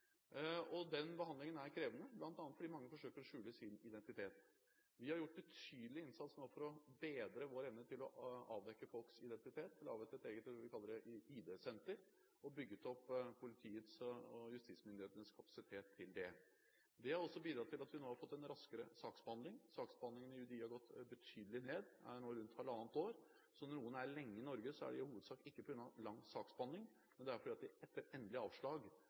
Den behandlingen er krevende, bl.a. fordi mange forsøker å skjule sin identitet. Vi har gjort en betydelig innsats for å bedre vår evne til å avdekke folks identitet, har laget et eget – vi kaller det – ID-senter og har bygget opp politiets og justismyndighetenes kapasitet til dette. Det har bidratt til at vi har fått en raskere saksbehandling. Saksbehandlingstiden i UDI har gått betydelig ned, den er nå på rundt halvannet år. Når noen er lenge i Norge, er det i hovedsak ikke på grunn av lang saksbehandlingstid, men fordi de etter endelig avslag